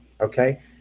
Okay